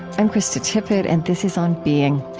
i'm krista tippett and this is on being.